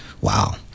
Wow